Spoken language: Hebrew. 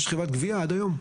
יש חברת גבייה שגובה עד היום,